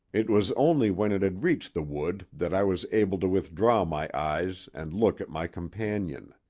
it was only when it had reached the wood that i was able to withdraw my eyes and look at my companion.